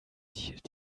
hielt